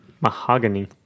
Mahogany